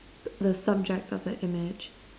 the subject of the image